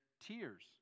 Tears